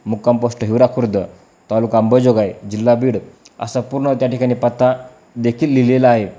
मुक्काम पोस्ट हिवरा खुर्द तालुका आंबेजोगाई जिल्हा बीड असा पूर्ण त्या ठिकाणी पत्तादेखील लिहिलेला आहे